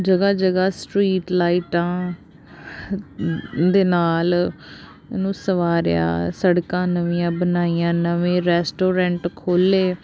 ਜਗ੍ਹਾ ਜਗ੍ਹਾ ਸਟਰੀਟ ਲਾਈਟਾਂ ਦੇ ਨਾਲ ਇਹਨੂੰ ਸੰਵਾਰਿਆ ਸੜਕਾਂ ਨਵੀਆਂ ਬਣਾਈਆਂ ਨਵੇਂ ਰੈਸਟੋਰੈਂਟ ਖੋਲ੍ਹੇ